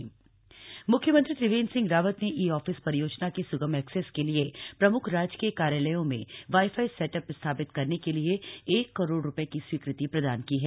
कुंभ Mela fund मुख्यमंत्री त्रिवेन्द्र सिंह रावत ने e office परियोजना के सुगम एक्सेस के लिए प्रमुख राजकीय कार्यालयों में वाई फाई सेट अप स्थापित करने के लिए एक करोड़ रूपये की स्वीकृति प्रदान की है